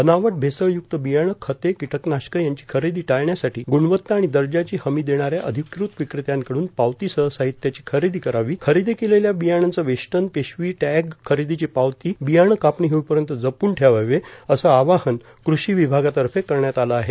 बनावट भेसळय्क्त बियाणंए खते किटकनाशकं यांची खरेदी टाळण्यासाठी ग्णवत्ता आणि दर्जाची हमी देणाऱ्या अधिकृत विक्रेत्यांकडून पावतीसह साहित्याची खरेदी करावाए खरेदी केलेल्या बियाणांचं वेष्टनए पिशवीए टॅगए खरेदीची पावती बियाणं कापणी होईपर्यंत जप्न ठेवावे असं आवाहन कृषी विभागातर्फे करण्यात आलं आहे